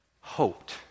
hoped